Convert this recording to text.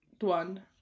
one